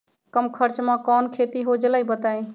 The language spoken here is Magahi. कम खर्च म कौन खेती हो जलई बताई?